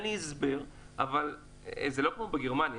בשיעורי הנהיגה,